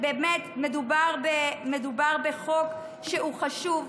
שבאמת מדובר בחוק חשוב,